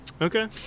Okay